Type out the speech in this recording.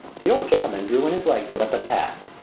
the old gentleman drew in his legs to let them pass.